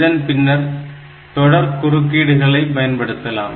இதன் பின்னர் தொடர் குறுக்கீடுகளை பயன்படுத்தலாம்